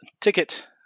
ticket